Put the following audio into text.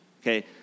okay